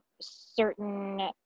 certain